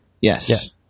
Yes